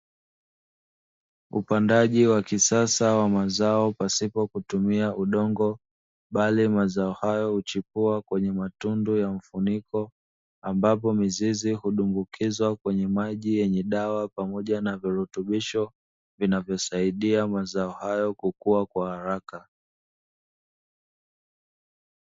Upandaji wa kisasa wa mazao pasipo kutumia udongo bali mazao hayo huchipua kwenye matundu ya mfuniko, ambapo mizizi hudumbukizwa kwenye maji yenye dawa pamoja na virutubisho vinavyosaidia mazao hayo kukua kwa haraka.